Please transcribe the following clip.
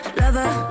lover